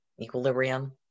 equilibrium